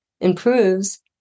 improves